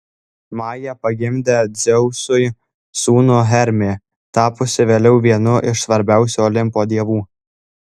maja pagimdė dzeusui sūnų hermį tapusį vėliau vienu iš svarbiausių olimpo dievų